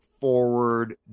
forward